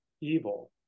evil